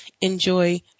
enjoy